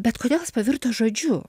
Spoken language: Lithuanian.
bet kodėl jis pavirto žodžiu